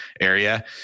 area